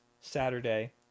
Saturday